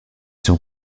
sont